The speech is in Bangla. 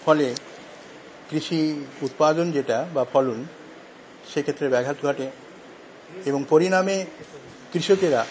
ফলে কৃষি উৎপাদন যেটা বা ফলন সেক্ষেত্রে ব্যাঘাত ঘটে এবং পরিণামে কৃষকেরা